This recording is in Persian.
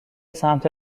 سمت